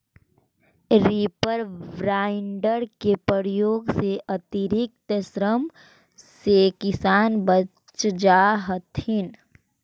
reaper binder के प्रयोग से अतिरिक्त श्रम से किसान बच जा हथिन